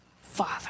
Father